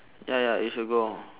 ya ya you should go